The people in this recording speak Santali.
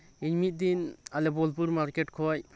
ᱤᱧ ᱢᱤᱫᱫᱤᱱ ᱟᱞᱮ ᱵᱳᱞᱯᱩᱨ ᱢᱟᱨᱠᱮᱴ ᱠᱷᱚᱱ